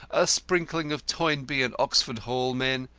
a sprinkling of toynbee and oxford hall men,